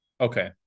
Okay